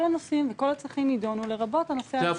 כל הנושאים וכל הצרכים יידונו, לרבות הנושא הזה.